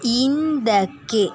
ಹಿಂದಕ್ಕೆ